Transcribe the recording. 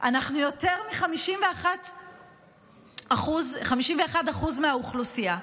אנחנו יותר מ-51% מהאוכלוסייה,